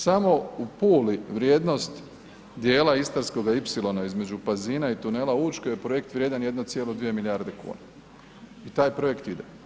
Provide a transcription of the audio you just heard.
Samo u Puli vrijednost dijela Istarskoga ipsilona između Pazina i tunela Učke je projekt vrijedan 1,2 milijarde kuna i taj projekt ide.